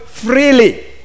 freely